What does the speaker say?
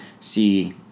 see